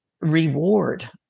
reward